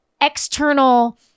external